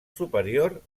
superior